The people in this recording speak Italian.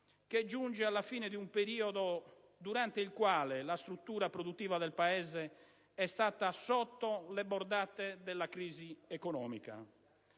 che giunge alla fine di un periodo durante il quale la struttura produttiva del Paese è stata sotto le bordate della crisi economica.